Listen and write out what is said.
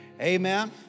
Amen